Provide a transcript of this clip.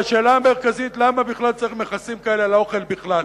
השאלה המרכזית היא למה בכלל צריך מכסים כאלה על אוכל בכלל,